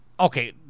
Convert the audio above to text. Okay